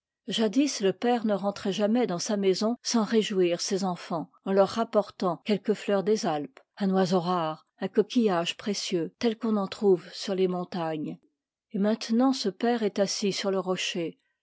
jadis le père ne rentrait jamais dans sa maison sans réjouir ses enfants en leur rapportant quelque fleur des alpes un oiseau rare un coquillage précieux tel qu'on en trouve sur les montagnes et maintenant ce père est assis sur le rocher